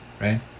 right